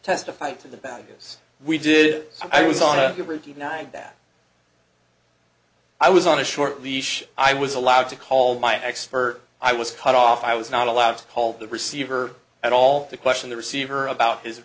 testify to the values we did i was on a routine night and that i was on a short leash i was allowed to call my expert i was cut off i was not allowed to call the receiver at all to question the receiver about his